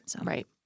Right